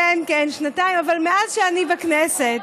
כן, שנתיים, אבל מאז שאני בכנסת.